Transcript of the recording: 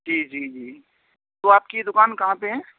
جی جی جی تو آپ کی دکان کہاں پہ ہے